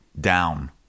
down